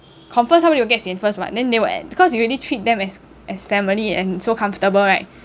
confirm somebody will get sian first [what] then they will because you already treat them as as family and so comfortable right